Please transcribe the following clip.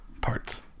parts